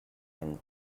and